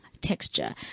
texture